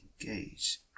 engage